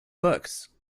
books